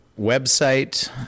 website